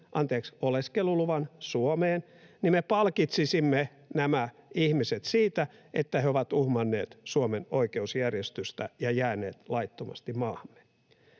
oleskeluluvan Suomeen, niin me palkitsisimme nämä ihmiset siitä, että he ovat uhmanneet Suomen oikeusjärjestystä ja jääneet laittomasti maahamme.